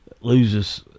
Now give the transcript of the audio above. loses –